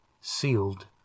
sealed